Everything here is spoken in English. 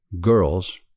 girls